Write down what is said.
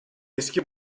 eski